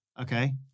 okay